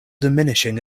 diminishing